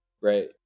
Right